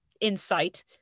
insight